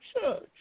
church